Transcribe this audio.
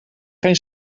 geen